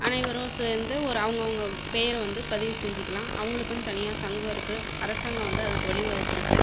அனைவரும் சேர்ந்து ஒரு அவங்க அவங்க பேர் வந்து பதிவு செஞ்சுக்கலாம் அவர்களுக்குன்னு தனியாக சங்கம் இருக்குது அரசாங்கம் வந்து அதுக்கு வழி வகுத்திருக்குது